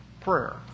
prayer